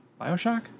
Bioshock